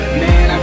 man